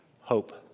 Hope